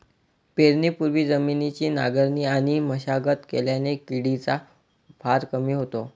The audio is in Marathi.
पेरणीपूर्वी जमिनीची नांगरणी आणि मशागत केल्याने किडीचा भार कमी होतो